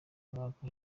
mwaka